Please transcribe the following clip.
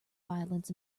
violence